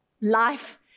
life